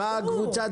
באה קבוצת